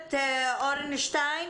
איילת אורנשטיין,